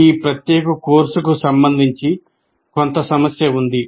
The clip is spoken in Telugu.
ఈ ప్రత్యేక కోర్సుకు సంబంధించి కొంత సమస్య ఉంది